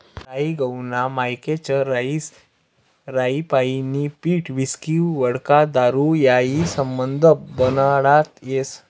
राई गहूना मायेकच रहास राईपाईन पीठ व्हिस्की व्होडका दारू हायी समधं बनाडता येस